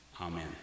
amen